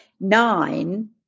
nine